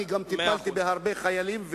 אני גם טיפלתי בהרבה חיילים,